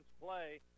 play